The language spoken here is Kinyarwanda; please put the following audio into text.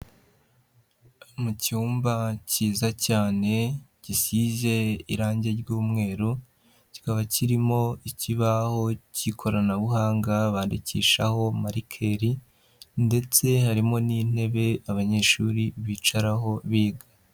Mu cyumba kiza cyane gisize irangi ry'umweru ,kikaba kirimo ikibaho k'ikoranabuhanga bandikishaho marikeri ndetse harimo n'intebe abanyeshuri bicaraho biga.